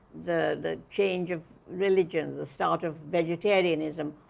the the change of religions. the start of vegetarianism.